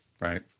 right